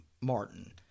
Martin